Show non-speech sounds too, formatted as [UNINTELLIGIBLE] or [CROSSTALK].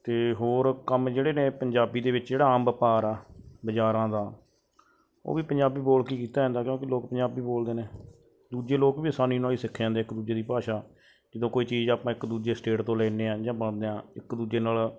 ਅਤੇ ਹੋਰ ਕੰਮ ਜਿਹੜੇ ਨੇ ਪੰਜਾਬੀ ਦੇ ਵਿੱਚ ਜਿਹੜਾ ਆਮ ਵਪਾਰ ਆ ਬਾਜ਼ਾਰਾਂ ਦਾ ਉਹ ਵੀ ਪੰਜਾਬੀ ਬੋਲ ਕੇ ਹੀ ਕੀਤਾ ਜਾਂਦਾ ਕਿਉਂਕਿ ਲੋਕ ਪੰਜਾਬੀ ਬੋਲਦੇ ਨੇ ਦੂਜੇ ਲੋਕ ਵੀ ਆਸਾਨੀ ਨਾਲ ਹੀ ਸਿੱਖ ਜਾਂਦੇ ਇੱਕ ਦੂਜੇ ਦੀ ਭਾਸ਼ਾ ਜਦੋਂ ਕੋਈ ਚੀਜ਼ ਆਪਾਂ ਇੱਕ ਦੂਜੇ ਸਟੇਟ ਤੋਂ ਲੈਂਦੇ ਹਾਂ ਜਾਂ [UNINTELLIGIBLE] ਹਾਂ ਇੱਕ ਦੂਜੇ ਨਾਲ